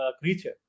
creature